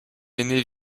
aîné